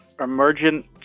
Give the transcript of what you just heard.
emergent